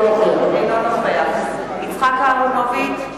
אינו נוכח יצחק אהרונוביץ,